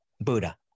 Buddha